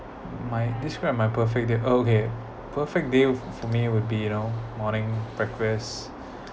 my describe my perfect day okay perfect day for me would be you know morning breakfast